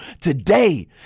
today